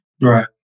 Right